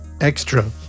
Extra